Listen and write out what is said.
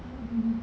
mmhmm